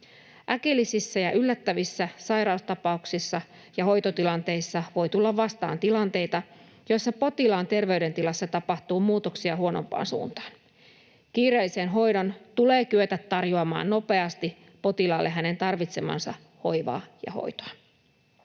Äkillisissä ja yllättävissä sairaustapauksissa ja hoitotilanteissa voi tulla vastaan tilanteita, joissa potilaan terveydentilassa tapahtuu muutoksia huonompaan suuntaan. Kiireellisen hoidon tulee kyetä tarjoamaan nopeasti potilaalle hänen tarvitsemaansa hoivaa ja hoitoa.